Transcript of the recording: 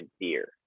deer